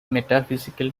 metaphysical